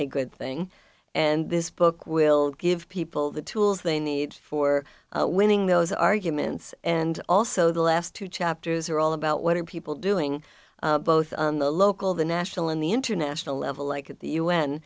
a good thing and this book will give people the tools they need for winning those arguments and also the last two chapters are all about what are people doing both on the local the national and the international level like at the u